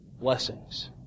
blessings